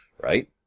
Right